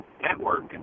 network